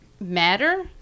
Matter